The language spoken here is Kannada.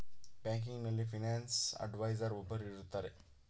ಬ್ಯಾಂಕಿನಲ್ಲಿ ಫೈನಾನ್ಸ್ ಅಡ್ವೈಸರ್ ಒಬ್ಬರು ಇರುತ್ತಾರೆ